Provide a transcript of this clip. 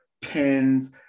pins